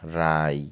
রায়